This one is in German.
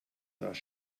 das